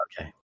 okay